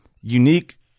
Unique